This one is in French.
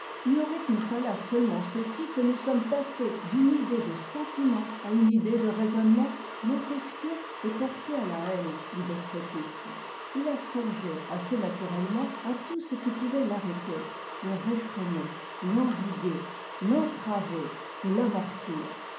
n'y aurait-il pas là seulement ceci que nous sommes passés d'une idée de sentiment à une idée de raisonnement montesquieu est porté à la haine du despotisme il a songé assez naturellement à tout ce qui pouvait l'arrêter le réfréner l'endiguer l'entraver et